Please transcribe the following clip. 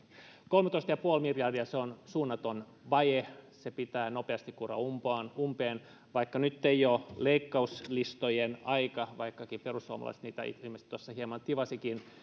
kolmetoista pilkku viisi miljardia se on suunnaton vaje se pitää nopeasti kuroa umpeen umpeen vaikka nyt ei ole leikkauslistojen aika vaikkakin perussuomalaiset niitä ilmeisesti tuossa hieman tivasikin